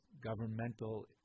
governmental